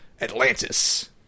Atlantis